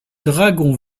dragons